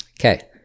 Okay